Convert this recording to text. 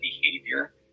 behavior